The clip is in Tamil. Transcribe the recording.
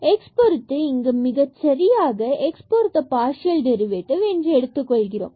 x பொருத்து இங்கு நாம் மிகச் சரியாக x பொருத்த பார்சியல் டெரிவேடிவ் என்று எடுத்துக் கொள்கிறோம்